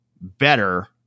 better